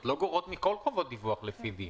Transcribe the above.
לא גורעות מכול חובות דיווח לפי דין.